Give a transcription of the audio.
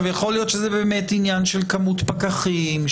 יכול להיות שזה באמת עניין של כמות פקחים,